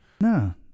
No